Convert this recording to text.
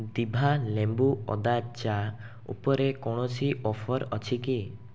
ଦିଭା ଲେମ୍ବୁ ଅଦା ଚା' ଉପରେ କୌଣସି ଅଫର୍ ଅଛି କି